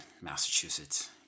Massachusetts